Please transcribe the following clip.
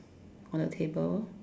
on the table